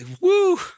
Woo